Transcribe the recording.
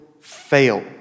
fail